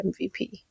MVP